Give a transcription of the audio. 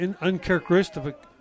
uncharacteristic